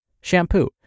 shampoo